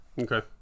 okay